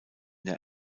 der